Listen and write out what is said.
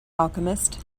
alchemist